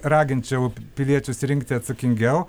raginčiau piliečius rinkti atsakingiau